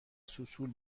سوسول